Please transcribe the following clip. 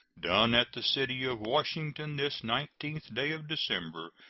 done at the city of washington, this nineteenth day of december,